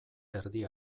erdi